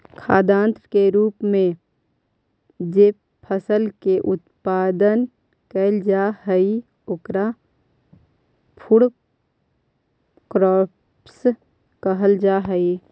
खाद्यान्न के रूप में जे फसल के उत्पादन कैइल जा हई ओकरा फूड क्रॉप्स कहल जा हई